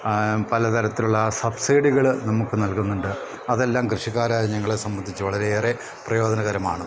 പലതരത്തിലുള്ള സബ്സിഡികൾ നമുക്ക് നൽകുന്നുണ്ട് അതെല്ലാം കൃഷിക്കാരായ ഞങ്ങളെ സംബന്ധിച്ച് വളരെയേറെ പ്രയോജനകരമാണ്